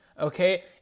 okay